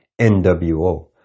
NWO